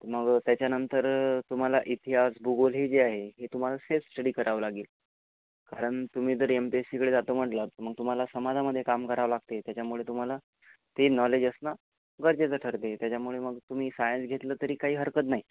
मग त्याच्यानंतर अं तुम्हाला इतिहास भूगोल हे जे आहे हे तुम्हाला सेल्फ स्टडी करावं लागेल कारण तुम्ही जर एम पी एस सीकडे जातो म्हटलं मग तुम्हाला समाजामध्ये काम करावं लागते त्याच्यामुळे तुम्हाला ते नॉलेज असणं गरजेचं ठरते त्याच्यामुळे मग तुम्ही सायन्स घेतलं तरी काही हरकत नाही